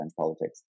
politics